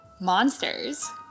monsters